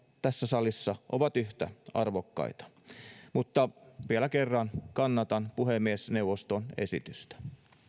tässä salissa ovat yhtä arvokkaita vielä kerran kannatan puhemiesneuvoston esitystä